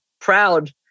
proud